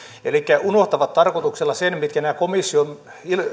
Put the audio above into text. elikkä unohtavat tarkoituksella sen mitkä nämä komission